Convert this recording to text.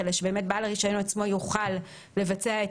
אלא שבעל הרישיון עצמו יוכל לבצע את